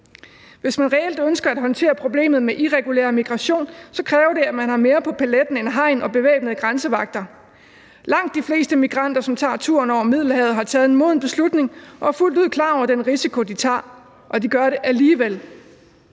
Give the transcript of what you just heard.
Hvis man reelt ønsker at håndtere problemet med irregulær migration, kræver det, at man har mere på paletten end hegn og bevæbnede grænsevagter. Langt de fleste migranter, som tager turen over Middelhavet, har taget en moden beslutning og er fuldt ud klar over den risiko, de tager. De gør det alligevel,